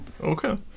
Okay